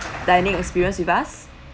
dining experience with us